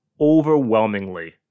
overwhelmingly